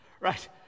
Right